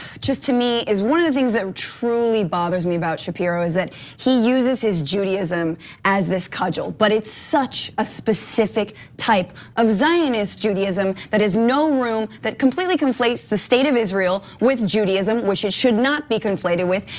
just to me, is one of the things that truly bothers me about shapiro, is that he uses his judaism as this cudgel. but it's such a specific type of zionist judaism that has no room, that completely conflates the state of israel with judaism, which it should not be conflated with,